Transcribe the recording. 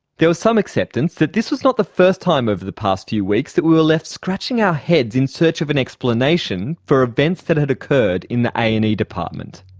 there was some acceptance that this was not the first time over the past few weeks that we were left scratching our heads in search of an explanation for events that had occurred in the a and e department.